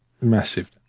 Massive